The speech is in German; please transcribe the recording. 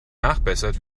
nachbessert